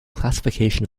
classification